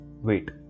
wait